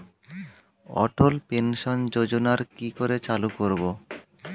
অটল pension যোজনার কি করে চালু করব?